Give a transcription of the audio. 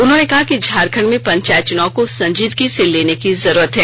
उन्होंने कहा कि झारखंड में पंचायत चुनाव को संजीदगी से लेने की जरूरत है